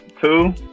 two